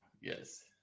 yes